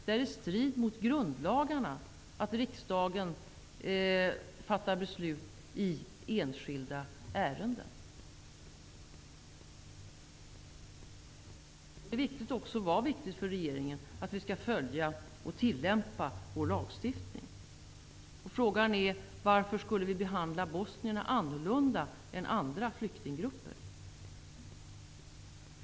Det är i strid mot grundlagarna att riksdagen fattar beslut i enskilda ärenden. Det var också viktigt för regeringen att följa och tillämpa vår lagstiftning. Frågan är: Varför skulle vi behandla bosnierna annorlunda än andra flyktinggrupper?